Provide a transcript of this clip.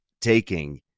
taking